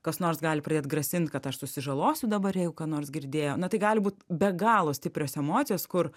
kas nors gali pradėt grasint kad aš susižalosiu dabar jeigu ką nors girdėjo na tai gali būt be galo stiprios emocijos kur